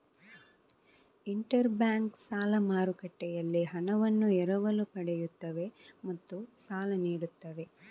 inter bank ಸಾಲ ಮಾರುಕಟ್ಟೆಯಲ್ಲಿ ಹಣವನ್ನು ಎರವಲು ಪಡೆಯುತ್ತವೆ ಮತ್ತು ಸಾಲ ನೀಡುತ್ತವೆ